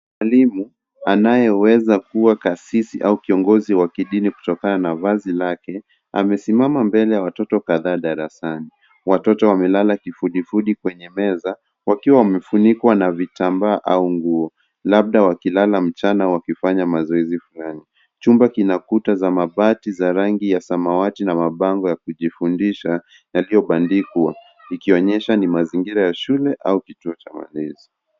Mwalimu anayeweza kuwa kasisi au kiongozi wa kidini kutokana na vazi lake amesimama mbele ya watoto kadhaa darasani. Watoto wamelala kifudifudi kwenye meza wakiwa wamefunikwa na vitamba au nguo labda wakilala mchana au wakifanya mazoezi fulani. Chumba kina kuta za mabati za rangi ya samawati na mabango ya kujifundisha yaliyobandikwa ikionyesha ni mazingira ya shule au kituo cha mazoezi.